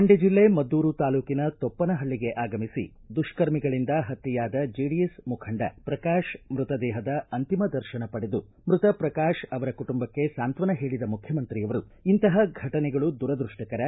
ಮಂಡ್ಯ ಜಿಲ್ಲೆ ಮದ್ದೂರು ತಾಲೂಕಿನ ತೊಪ್ಪನಹಳ್ಳಿಗೆ ಆಗಮಿಸಿ ದುಷ್ಕರ್ಮಿಗಳಿಂದ ಹತ್ಯೆಯಾದ ಜೆಡಿಎಸ್ ಮುಖಂಡ ಪ್ರಕಾಶ್ ಮೃತದೇಹದ ಅಂತಿಮ ದರ್ಶನ ಪಡೆದು ಮೃತ ಪ್ರಕಾಶ್ ಅವರ ಕುಟುಂಬಕ್ಕೆ ಸಾಂತ್ವನ ಹೇಳಿದ ಮುಖ್ಯಮಂತ್ರಿಯವರು ಇಂತಹ ಫಟನೆಗಳು ದುರದೃಷ್ಟಕರ